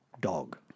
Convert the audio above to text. dog